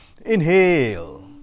Inhale